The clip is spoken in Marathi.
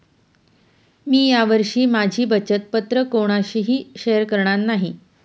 मी या वर्षी माझी बचत पत्र कोणाशीही शेअर करणार नाही